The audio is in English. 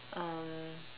um